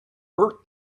bert